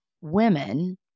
women